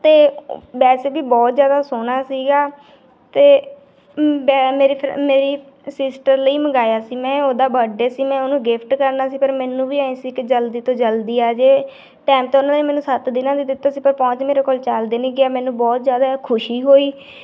ਅਤੇ ਵੈਸੇ ਵੀ ਬਹੁਤ ਜ਼ਿਆਦਾ ਸੋਹਣਾ ਸੀਗਾ ਅਤੇ ਬੈ ਮੇਰੀ ਮੇਰੀ ਸਿਸਟਰ ਲਈ ਮੰਗਾਇਆ ਸੀ ਮੈਂ ਉਹਦਾ ਬਰਡੇ ਸੀ ਮੈਂ ਉਹਨੂੰ ਗਿਫਟ ਕਰਨਾ ਸੀ ਪਰ ਮੈਨੂੰ ਵੀ ਆਏਂ ਸੀ ਕਿ ਜਲਦੀ ਤੋਂ ਜਲਦੀ ਆ ਜਾਏ ਟੈਮ ਤਾਂ ਉਹਨਾਂ ਨੇ ਮੈਨੂੰ ਸੱਤ ਦਿਨਾਂ ਦਾ ਦਿੱਤਾ ਸੀ ਪਰ ਪਹੁੰਚ ਮੇਰੇ ਕੋਲ ਚਾਰ ਦਿਨ ਹੀ ਗਿਆ ਮੈਨੂੰ ਬਹੁਤ ਜ਼ਿਆਦਾ ਖੁਸ਼ੀ ਹੋਈ